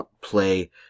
play